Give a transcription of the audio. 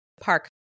park